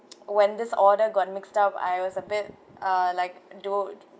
when this order got mixed up I was a bit uh like dude